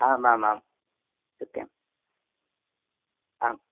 आमामां सत्यम् आम्